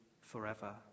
forever